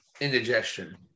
indigestion